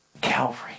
Calvary